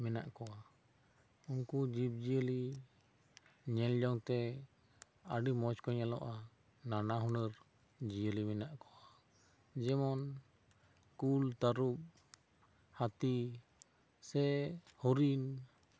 ᱢᱮᱱᱟᱜ ᱠᱚᱣᱟ ᱱᱩᱠᱩ ᱡᱤᱵᱽ ᱡᱤᱭᱟᱹᱞᱤ ᱧᱮᱞ ᱡᱚᱝᱛᱮ ᱟᱹᱰᱤ ᱢᱚᱡᱽ ᱠᱚ ᱧᱮᱞᱚᱜᱼᱟ ᱱᱟᱱᱟ ᱦᱩᱱᱟᱹᱨ ᱡᱤᱭᱟᱹᱞᱤ ᱢᱮᱱᱟᱜ ᱠᱚᱣᱟ ᱡᱮᱢᱚᱱ ᱠᱩᱞ ᱛᱟᱹᱨᱩᱯ ᱦᱟᱹᱛᱤ ᱥᱮ ᱦᱚᱨᱤᱱ